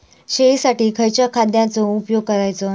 शेळीसाठी खयच्या खाद्यांचो उपयोग करायचो?